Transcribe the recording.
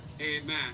Amen